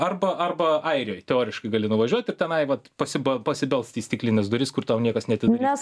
arba arba airijoj teoriškai gali nuvažiuot ir tenai vat pasiba pasibelst į stiklines duris kur tau niekas neatidarys